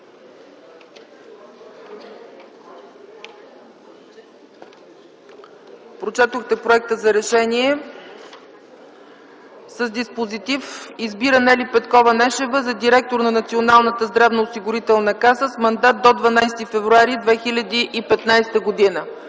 прочетохте проекта за решение с диспозитив: „Избира Нели Петкова Нешева за директор на Националната здравноосигурителна каса с мандат до 12 февруари 2015 г.”.